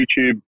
YouTube